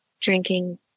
drinking